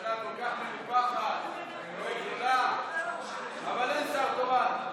ממשלה כל כך מנופחת וגדולה, אבל אין שר תורן.